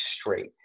straight